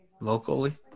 locally